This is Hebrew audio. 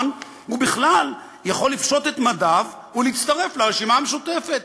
בכלל יכול לפשוט את מדיו ולהצטרף לרשימה המשותפת.